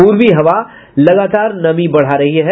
पूर्वी हवा लगातार नमी बढ़ा रही है